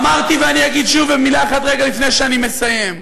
אמרתי ואגיד שוב, מילה אחת, רגע לפני שאני מסיים,